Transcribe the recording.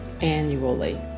annually